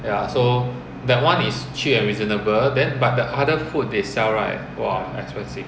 ya so that one is cheap and reasonable then but the other food they sell right !wah! expensive